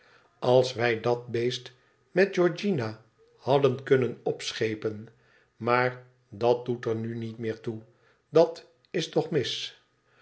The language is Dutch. als wij dat beest met georgiana hadden kunnen opschepen maar dat doet er nu niet meer toe dat is toch mis